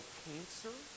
cancer